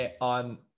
on